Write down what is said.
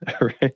Right